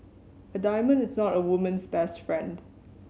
a diamond is not a woman's best friend